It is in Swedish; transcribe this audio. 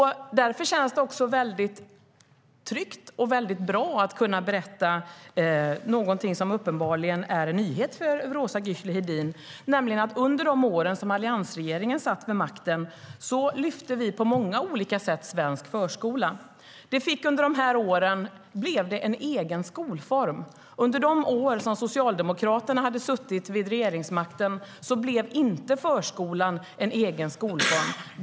)Därför känns det väldigt tryggt och bra att kunna berätta någonting som uppenbarligen är en nyhet för Roza Güclü Hedin, nämligen att vi under de år som alliansregeringen satt vid makten lyfte svensk förskola på många olika sätt. Under de åren blev det en egen skolform. Under de år som Socialdemokraterna satt vid regeringsmakten blev inte förskolan en egen skolform.